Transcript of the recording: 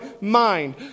mind